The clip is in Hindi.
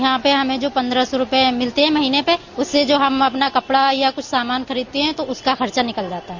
यहां पर हमें जो पन्द्रह सौ रूपये मिलते हैं महीने पे उससे जो हम अपना कपड़ा या सामान खरीदते हैं तो उसका खर्चा निकल जाता है